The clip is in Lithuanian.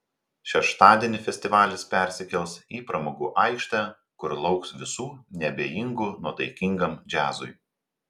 šeštadienį festivalis persikels į pramogų aikštę kur lauks visų neabejingų nuotaikingam džiazui